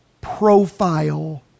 profile